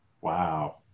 Wow